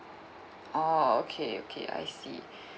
oh okay okay I see